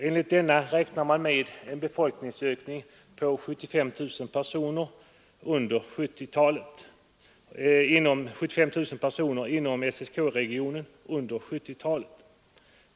Enligt denna räknar man med en befolkningsökning på 75 000 personer inom SSK-regionen under 1970-talet.